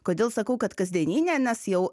kodėl sakau kad kasdieninė nes jau